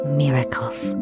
miracles